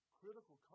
critical